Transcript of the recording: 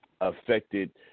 affected